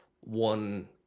one